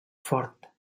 fort